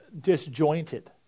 disjointed